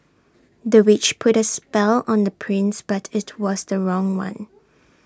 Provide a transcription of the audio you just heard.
the witch put A spell on the prince but IT was the wrong one